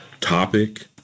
topic